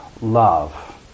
love